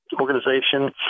organization